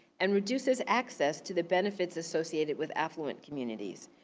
and reduces access to the benefits associated with affluent communities,